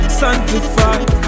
sanctified